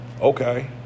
okay